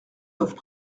doivent